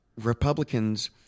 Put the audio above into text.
Republicans